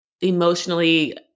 emotionally